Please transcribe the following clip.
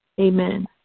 Amen